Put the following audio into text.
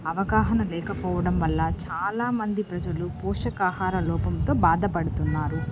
అవగాహన లేకపోవడం వల్ల చాలా మంది ప్రజలు పోషకాహార లోపంతో బాధపడుతున్నారు